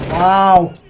o